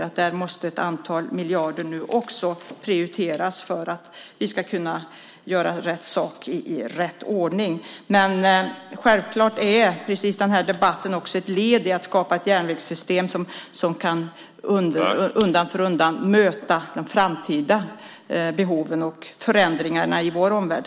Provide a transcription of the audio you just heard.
Därför måste det göras prioriteringar för ett antal miljarder för att vi ska kunna göra rätt sak i rätt ordning. Men självklart är också den här debatten ett led i att skapa ett järnvägssystem som undan för undan kan möta de framtida behoven och förändringarna i vår omvärld.